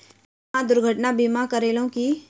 अहाँ दुर्घटना बीमा करेलौं की?